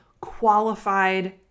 qualified